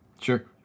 Sure